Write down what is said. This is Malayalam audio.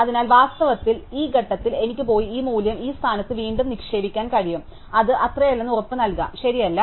അതിനാൽ വാസ്തവത്തിൽ ഈ ഘട്ടത്തിൽ എനിക്ക് പോയി ഈ മൂല്യം ഈ സ്ഥാനത്ത് വീണ്ടും നിക്ഷേപിക്കാൻ കഴിയും അത് അത്രയല്ലെന്ന് ഉറപ്പുനൽകാം ശരിയല്ല